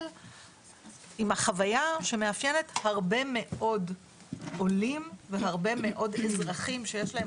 עם החוויה שמאפיינת הרבה מאוד עולים והרבה מאוד אזרחים שיש להם